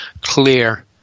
clear